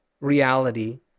reality